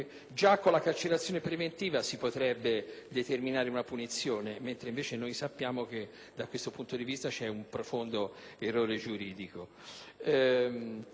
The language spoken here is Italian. già con la carcerazione preventiva si potrebbe determinare una punizione, mentre sappiamo che da questo punto di vista c'è un profondo errore giuridico.